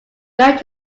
married